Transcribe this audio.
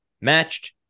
Matched